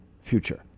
future